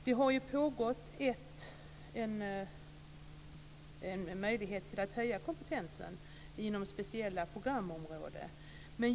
Det har ju funnits en möjlighet att höja kompetensen inom speciella programområden.